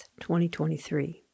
2023